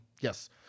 Yes